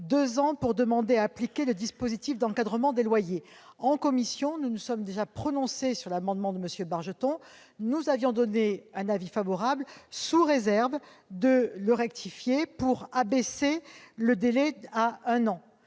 deux ans pour demander à appliquer le dispositif d'encadrement des loyers. En commission, nous nous sommes déjà prononcés sur l'amendement de M. Bargeton. Nous avions donné un avis favorable, sous réserve qu'il soit rectifié pour réduire le délai à un an.